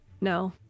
no